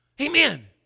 amen